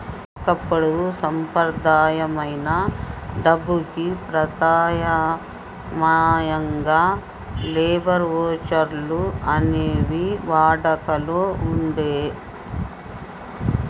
ఒకప్పుడు సంప్రదాయమైన డబ్బుకి ప్రత్యామ్నాయంగా లేబర్ వోచర్లు అనేవి వాడుకలో వుండేయ్యి